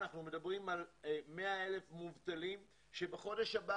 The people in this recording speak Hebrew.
אנחנו מדברים על 100,000 מובטלים שבחודש הבא